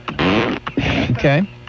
okay